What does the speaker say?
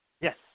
Yes